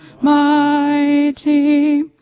mighty